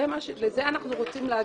לזה אנחנו רוצים להגיע?